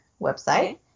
website